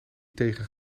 tegen